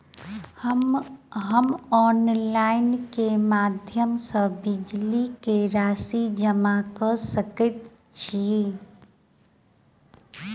हम ऑनलाइन केँ माध्यम सँ बिजली कऽ राशि जमा कऽ सकैत छी?